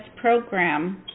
program